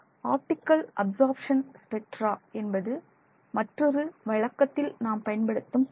optical absorption spectra என்பது மற்றொரு வழக்கத்தில் நாம் பயன்படுத்தும் தகவல்